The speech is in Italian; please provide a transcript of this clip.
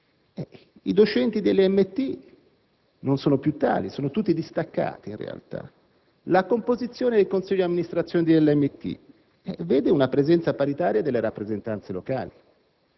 I docenti dell'IMT non sono più tali, sono in realtà tutti distaccati. La composizione del Consiglio di amministrazione dell'IMT vede una presenza paritaria delle rappresentanze locali.